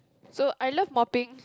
so I love mopping